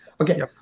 Okay